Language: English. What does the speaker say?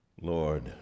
Lord